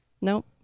Nope